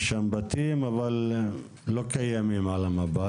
יש שם בתים אבל לא קיימים על המפה,